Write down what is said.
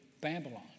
Babylon